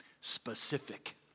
Specific